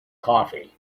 coffee